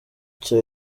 cya